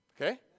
Okay